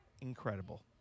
incredible